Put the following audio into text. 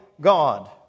God